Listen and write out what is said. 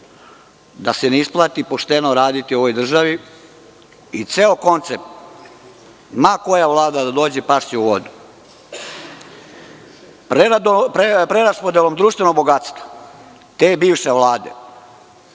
da se ne isplati pošteno raditi u ovoj državi i ceo koncept, ma koja Vlada da dođe, pašće u vodu. Preraspodelom društvenog bogatstva te bivše Vlade